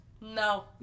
No